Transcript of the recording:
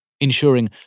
ensuring